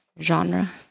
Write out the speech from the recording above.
genre